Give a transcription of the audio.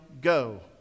go